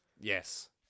Yes